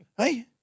Hey